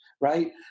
right